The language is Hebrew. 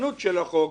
לחברי איתן